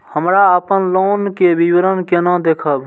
हमरा अपन लोन के विवरण केना देखब?